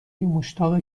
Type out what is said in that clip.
مشتاق